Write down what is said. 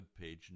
webpage